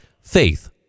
faith